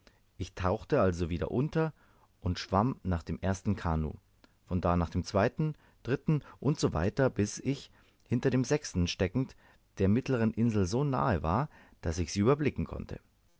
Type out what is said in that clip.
ich tauchte also wieder unter und schwamm nach dem ersten kanoe von da nach dem zweiten dritten und so weiter bis ich hinter dem sechsten steckend der mittlern insel so nahe war daß ich sie überblicken konnte